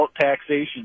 taxation